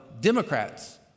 democrats